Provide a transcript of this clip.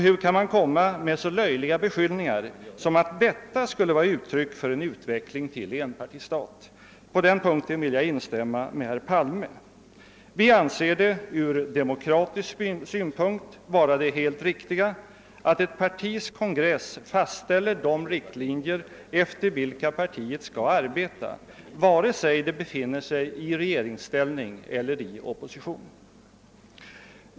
Hur kan man komma med så löjliga beskyllningar som att detta skulle vara uttryck för en utveckling till enpartistat? Vi anser det ur demokratisk synpunkt vara helt riktigt, att ett partis kongress fastställer de riktlinjer efter vilka partiet skall arbeta, vare sig det befinner sig i regeringsställning eller i opposition.